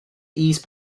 east